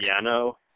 piano